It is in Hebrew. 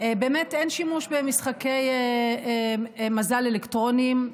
באמת אין שימוש במשחקי מזל אלקטרוניים.